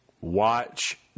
Watch